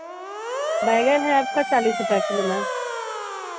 बैंगन है आपका चालीस रुपया किलो मैम